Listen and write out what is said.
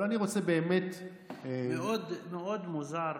אבל אני רוצה באמת, מאוד מאוד מוזר,